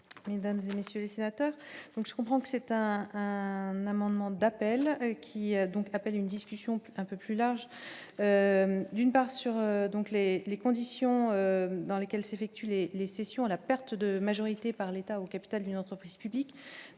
Clinton, Monsieur le Sénateur, donc je comprends que certains un amendement d'appel qui a donc appelle une discussion qu'un peu plus large, d'une part sur donc les les conditions dans lesquelles s'effectuent les les sessions à la perte de majorité par l'État au capital d'une entreprise publique,